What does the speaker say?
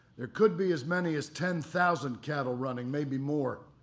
there could be as many as ten thousand cattle running maybe more.